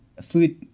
food